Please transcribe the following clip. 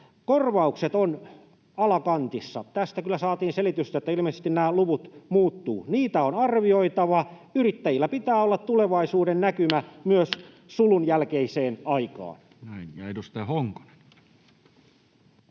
korvaukset ovat alakantissa. Tästä kyllä saatiin selitystä, että ilmeisesti nämä luvut muuttuvat. Niitä on arvioitava. Yrittäjillä pitää olla tulevaisuudennäkymä myös sulun jälkeiseen aikaan. Näin. — Edustaja Honkonen.